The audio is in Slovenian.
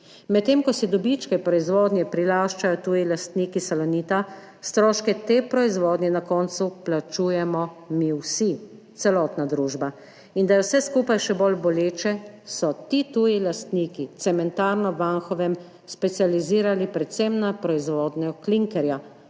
Medtem ko si dobičke proizvodnje prilaščajo tuji lastniki Salonita, stroške te proizvodnje na koncu plačujemo mi vsi, celotna družba. In da je vse skupaj še bolj boleče, so ti tuji lastniki cementarno v Anhovem specializirali predvsem za proizvodnjo klinkerja,